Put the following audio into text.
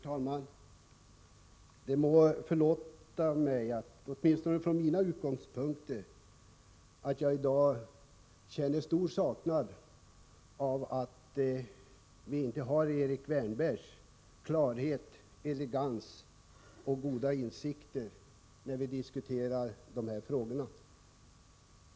Herr talman! Det må förlåtas mig att jag i dag utifrån mina utgångspunkter känner stor saknad över att vi inte har tillgång till Erik Wärnbergs klarhet, elegans och goda insikter när vi diskuterar de här frågorna.